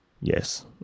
Yes